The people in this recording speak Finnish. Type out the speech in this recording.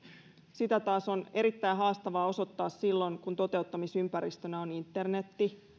sitä taas on erittäin haastavaa osoittaa silloin kun toteuttamisympäristönä on internet